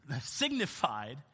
signified